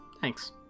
thanks